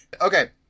okay